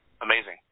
amazing